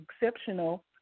exceptional